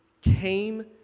came